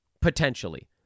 potentially